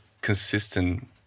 consistent